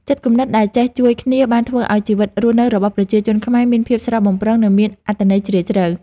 ចិត្តគំនិតដែលចេះជួយគ្នាបានធ្វើឱ្យជីវិតរស់នៅរបស់ប្រជាជនខ្មែរមានភាពស្រស់បំព្រង និងមានអត្ថន័យជ្រាលជ្រៅ។